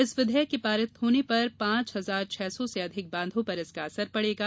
इस विधेयक के पारित होने पर पांच हजार छह सौ से अधिक बांधों पर इसका असर पड़ेगा